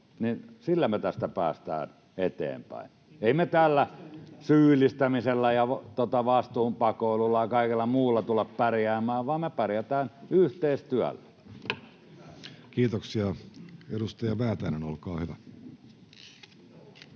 [Johannes Koskisen välihuuto] Ei me tällä syyllistämisellä ja vastuunpakoilulla ja kaikella muulla tulla pärjäämään, vaan me pärjätään yhteistyöllä. Kiitoksia. — Edustaja Väätäinen, olkaa hyvä.